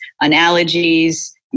analogies